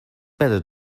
better